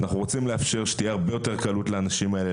אנחנו רוצים לאפשר שתהיה הרבה יותר קלות לאנשים האלה,